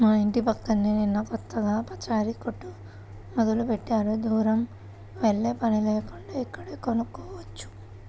మా యింటి పక్కనే నిన్న కొత్తగా పచారీ కొట్టు మొదలుబెట్టారు, దూరం వెల్లేపని లేకుండా ఇక్కడే కొనుక్కోవచ్చు